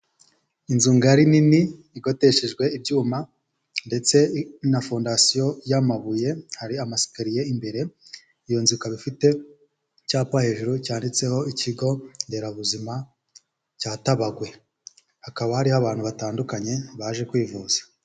Inzu ngari nini igoteshejwe ibyuma, ndetse na fondasiyo y'amabuye, hari amasikariye imbere, iyo nzu ikaba ifite icyapa hejuru cyanditseho ikigo nderabuzima cya Tabagwe. Hakaba hariho abantu batandukanye baje kwivuza.